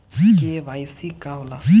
KYC का होला?